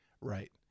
Right